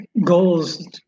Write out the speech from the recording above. goals